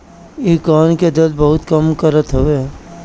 इ कान के दरद में बहुते काम करत हवे